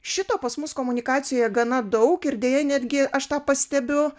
šito pas mus komunikacijoje gana daug ir deja netgi aš tą pastebiu